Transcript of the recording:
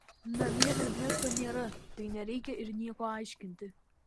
namie ernesto nėra tai nereikia ir nieko aiškinti